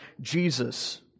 Jesus